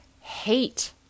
hate